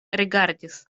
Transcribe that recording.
rigardis